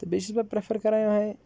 تہٕ بیٚیہِ چھُس بہٕ پرٛفَر کَران یوٚہَے